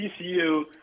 TCU